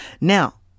Now